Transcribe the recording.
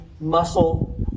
muscle